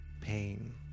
pain